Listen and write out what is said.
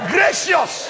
Gracious